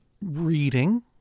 reading